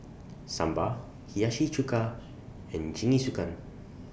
Sambar Hiyashi Chuka and Jingisukan